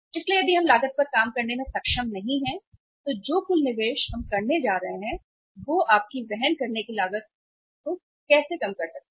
इसलिए यदि हम लागत पर काम करने में सक्षम नहीं हैं तो जो कुल निवेश हम करने जा रहे हैं आपकी वहन करने की लागत को कैसे काम कर सकते हैं